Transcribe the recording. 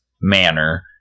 manner